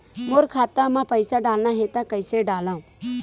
मोर खाता म पईसा डालना हे त कइसे डालव?